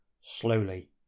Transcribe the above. Slowly